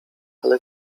ale